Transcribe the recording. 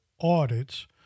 audits